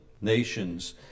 Nations